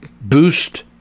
Boost